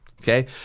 Okay